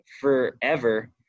forever